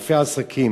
אלפי עסקים